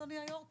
אדוני היו"ר?